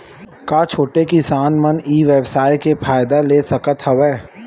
का छोटे किसान मन ई व्यवसाय के फ़ायदा ले सकत हवय?